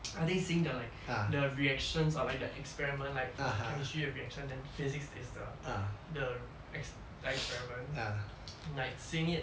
I think seeing the like the reactions or like the experiment for like chemistry the reaction then physics is the the ex~ experiment like seeing it